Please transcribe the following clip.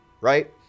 right